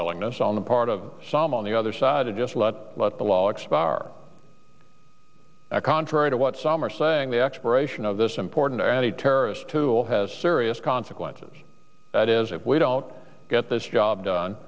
willingness on the part of some on the other side of just let the law expire contrary to what some are saying the expiration of this important any terrorist tool has serious consequences that is if we don't get this job done